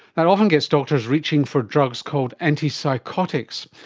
that often gets doctors reaching for drugs called antipsychotics,